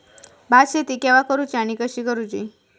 भात शेती केवा करूची आणि कशी करुची?